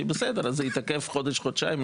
שלא נורא אם זה יתעכב חודש או חודשיים,